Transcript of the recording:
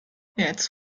jetzt